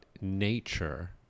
nature